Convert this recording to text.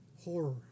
horror